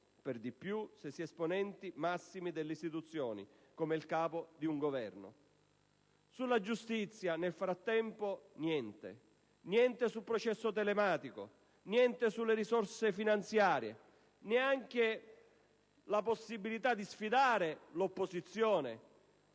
per di più se si è esponenti massimi delle istituzioni come il Capo di un Governo. Sulla giustizia, nel frattempo, niente. Niente sul processo telematico; niente sulle risorse finanziarie; neanche la possibilità di sfidare l'opposizione